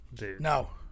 No